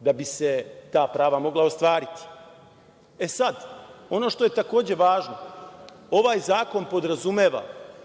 da bi se ta prava mogla ostvariti. Ono što je takođe važno, ovaj zakon podrazumeva